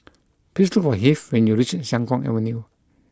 please look for Heath when you reach Siang Kuang Avenue